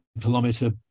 kilometer